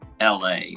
la